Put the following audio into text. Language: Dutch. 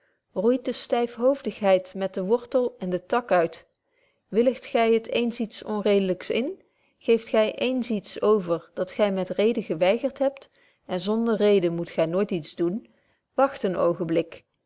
roeit de styfhoofdigheid met den wortel en den tak uit willigt gy het ééns iets onredelyks in geeft gy ééns iets over dat gy met reden geweigerd hebt en zonder reden moet gy nooit iets doen wagt een oogenblik